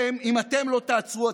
אם אתם לא תעצרו,